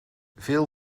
veel